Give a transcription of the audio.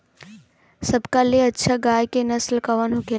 सबका ले अच्छा गाय के नस्ल कवन होखेला?